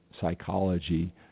psychology